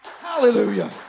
Hallelujah